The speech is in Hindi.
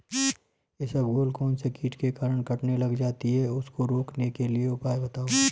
इसबगोल कौनसे कीट के कारण कटने लग जाती है उसको रोकने के उपाय बताओ?